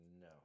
No